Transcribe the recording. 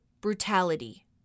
brutality